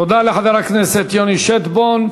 תודה לחבר הכנסת יוני שטבון.